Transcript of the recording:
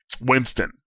Winston